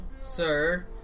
sir